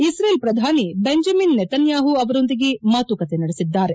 ಇಕ್ರೇಲ್ ಪ್ರಧಾನಿ Benjamin Netanyahu ಅವರೊಂದಿಗೆ ಮಾತುಕತೆ ನಡೆಸಿದ್ದಾರೆ